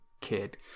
kid